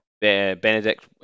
Benedict